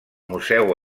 museu